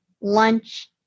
lunch